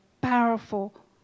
powerful